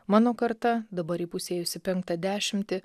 mano karta dabar įpusėjusi penktą dešimtį